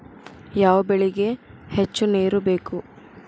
ಯಾವ ಬೆಳಿಗೆ ಹೆಚ್ಚು ನೇರು ಬೇಕು?